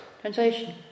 Translation